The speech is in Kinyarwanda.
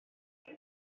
hari